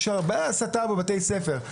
יש הרבה הסתה בבתי הספר.